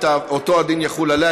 התשע"ו 2016,